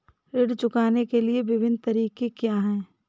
ऋण चुकाने के विभिन्न तरीके क्या हैं?